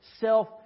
self